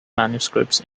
manuscripts